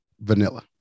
vanilla